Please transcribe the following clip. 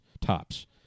tops